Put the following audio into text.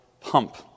pump